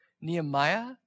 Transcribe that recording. Nehemiah